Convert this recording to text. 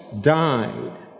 died